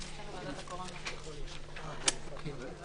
הישיבה נעולה.